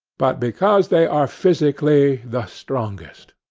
but because they are physically the strongest.